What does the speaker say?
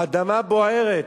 האדמה בוערת,